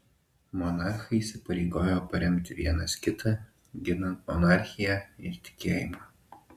monarchai įsipareigojo paremti vienas kitą ginant monarchiją ir tikėjimą